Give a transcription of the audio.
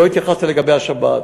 לא התייחסת לגבי השבת.